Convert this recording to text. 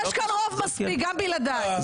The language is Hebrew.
יש כן רוב מספיק גם בלעדיי.